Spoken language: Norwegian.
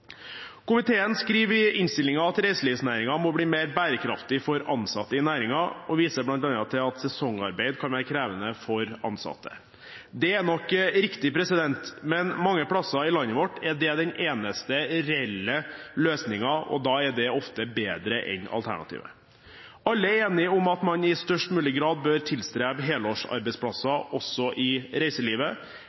Komiteen skriver i innstillingen at «reiselivsnæringen også må bli mer bærekraftig for ansatte i næringen», og viser bl.a. til at sesongarbeid kan være krevende for ansatte. Det er nok riktig, men mange steder i landet vårt er det den eneste reelle løsningen, og da er det ofte bedre enn alternativet. Alle er enige om at man i størst mulig grad bør tilstrebe helårs arbeidsplasser også i reiselivet,